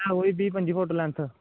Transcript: आं कोई बीह् पंजी फुट लैंथ